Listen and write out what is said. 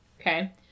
Okay